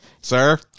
sir